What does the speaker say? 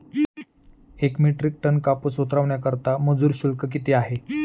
एक metric tonne कापूस उतरवण्याकरता मजूर शुल्क किती आहे?